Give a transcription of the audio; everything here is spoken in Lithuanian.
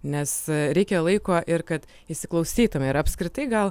nes reikia laiko ir kad įsiklausytum ir apskritai gal